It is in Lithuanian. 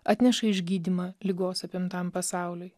atneša išgydymą ligos apimtam pasauliui